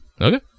okay